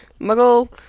Muggle